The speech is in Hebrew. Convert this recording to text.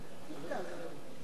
כפי שהדבר נראה היום,